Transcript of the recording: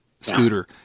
Scooter